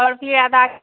और फिर आधा